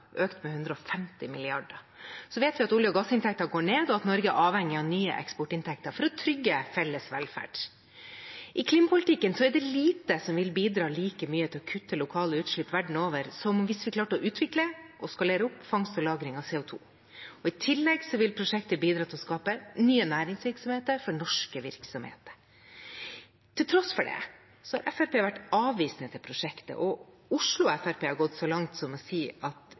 økt med 150 mrd. kr. Vi vet at olje- og gassinntektene går ned, og at Norge er avhengig av nye eksportinntekter for å trygge felles velferd. I klimapolitikken er det lite som vil bidra like mye til å kutte lokale utslipp verden over som hvis vi klarte å utvikle og skalere opp fangst og lagring av CO 2 . I tillegg vil prosjektet bidra til å skape nye næringsvirksomheter for norske virksomheter. Til tross for det har Fremskrittspartiet vært avvisende til prosjektet, og Oslo Fremskrittsparti har gått så langt som til å